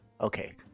okay